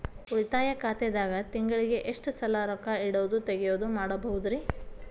ಉಳಿತಾಯ ಖಾತೆದಾಗ ತಿಂಗಳಿಗೆ ಎಷ್ಟ ಸಲ ರೊಕ್ಕ ಇಡೋದು, ತಗ್ಯೊದು ಮಾಡಬಹುದ್ರಿ?